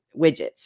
widgets